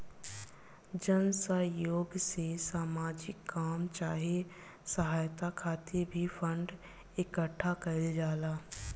जन सह योग से सामाजिक काम चाहे सहायता खातिर भी फंड इकट्ठा कईल जाला